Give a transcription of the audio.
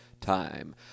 time